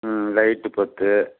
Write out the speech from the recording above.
ம் லைட்டு பத்து